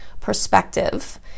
perspective